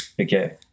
Okay